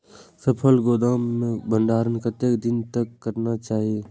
फसल के गोदाम में भंडारण कतेक दिन तक करना चाही?